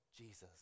Jesus